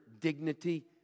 dignity